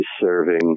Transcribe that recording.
serving